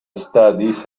studies